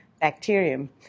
bacterium